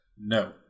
No